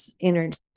energy